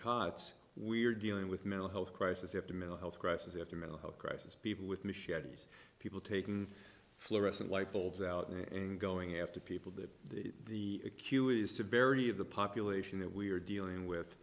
cots we are dealing with mental health crisis have to mental health crisis if the mental health crisis people with machetes people taking fluorescent light bulbs out and going after people that the queue is severity of the population that we are dealing with